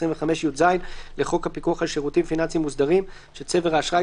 25יז לחוק הפיקוח על שירותים פיננסיים מוסדרים שצבר האשראי